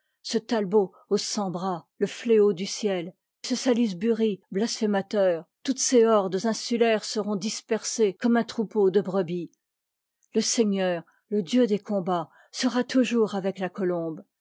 ce talbot aux cent bras le fléau du ciel ce salisbury blasphé mateur toutes ces hordes insulaires seront dis persées eommeun troupeau de brebis le seigneur le dieu des combats sera toujours avec la co